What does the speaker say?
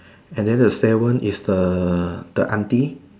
and then the seven is the the aunty